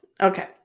Okay